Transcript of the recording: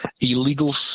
illegal